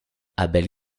abel